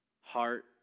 heart